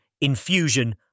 infusion